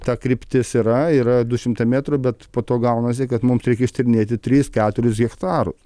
ta kryptis yra yra du šimtai metrų bet po to gaunasi kad mums reikia ištyrinėti tris keturis hektarus